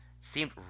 Seemed